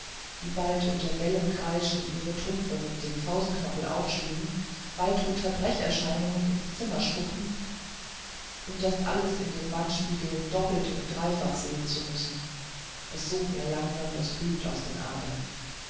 die bald unter gellem gekreisch ihre trumpfe mit dem faustknochel hinschlugen bald unter brecherscheinungen ins zimmer spuckten und das alles in den wandspiegeln doppelt und dreifach sehen zu müssen es sog mir langsam das blut aus den adern